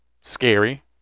scary